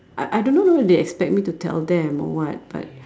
I I don't know know whether they expect me to tell them or what but